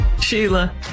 sheila